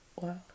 Wow